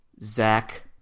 Zach